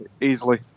Easily